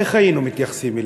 איך היינו מתייחסים אליו?